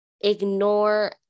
ignore